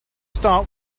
start